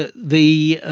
ah the